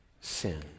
sin